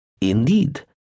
Indeed